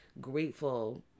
grateful